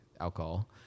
alcohol